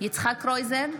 יצחק קרויזר,